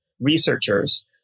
researchers